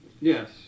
Yes